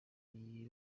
iyi